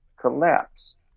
collapse